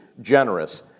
generous